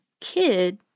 kid